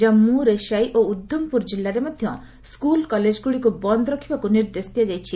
ଜାମ୍ଗୁ ରେସାଇ ଓ ଉଦ୍ଧମପୁର ଜିଲ୍ଲାରେ ମଧ୍ୟ ସ୍କୁଲ୍କଲେଜଗୁଡ଼ିକୁ ବନ୍ଦ ରଖିବାକୁ ନିର୍ଦ୍ଦେଶ ଦିଆଯାଇଛି